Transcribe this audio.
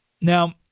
Now